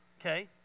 Okay